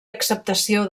acceptació